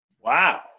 Wow